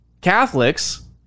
Catholics